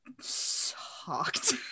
sucked